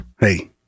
hey